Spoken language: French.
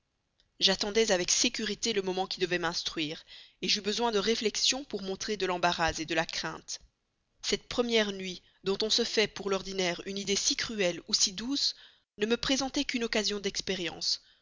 j'attendais avec sécurité le moment qui devait m'instruire j'eus besoin de réflexion pour montrer de l'embarras de la crainte cette première nuit dont on se fait pour l'ordinaire une idée si cruelle ou si douce ne me présentait qu'une occasion d'expérience